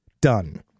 done